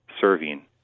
serving